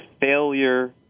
failure